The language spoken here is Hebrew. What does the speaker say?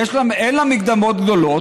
אין לה מקדמות גדולות,